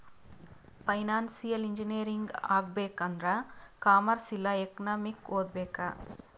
financial engineering ಆಗ್ಬೇಕ್ ಆಂದುರ್ commerce ಇಲ್ಲಾ ಎಕನಾಮಿಕ್ ಓದ್ಬೇಕ್